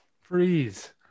freeze